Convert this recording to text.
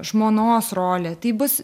žmonos rolė tai bus